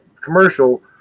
commercial